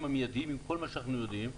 המידיים עם כל מה שאנחנו יודעים.